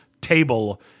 table